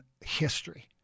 history